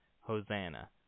Hosanna